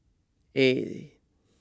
eight